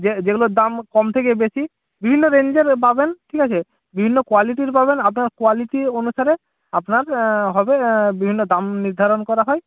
যেগুলোর দাম কম থেকে বেশি বিভিন্ন রেঞ্জের পাবেন ঠিক আছে বিভিন্ন কোয়ালিটির পাবেন আপনার কোয়ালিটি অনুসারে আপনার হবে বিভিন্ন দাম নির্ধারণ করা হয়